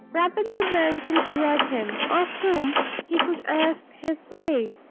rapidly advancing toward him, of whom he could ask his way.